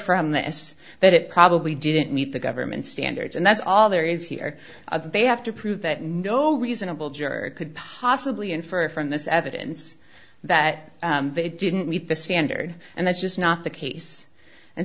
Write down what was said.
from this that it probably didn't meet the government standards and that's all there is here they have to prove that no reasonable juror could possibly infer from this evidence that they didn't meet the standard and that's just not the case and